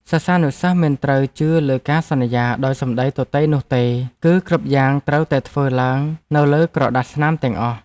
សិស្សានុសិស្សមិនត្រូវជឿលើការសន្យាដោយសម្តីទទេនោះទេ គឺគ្រប់យ៉ាងត្រូវតែធ្វើឡើងនៅលើក្រដាសស្នាមទាំងអស់។